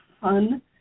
fun